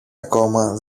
ακόμα